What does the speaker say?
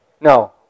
No